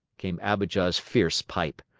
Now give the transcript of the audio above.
came abijah's fierce pipe.